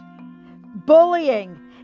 Bullying